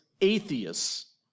atheists